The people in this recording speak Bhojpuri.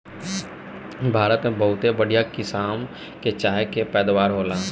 भारत में बहुते बढ़िया किसम के चाय के पैदावार होला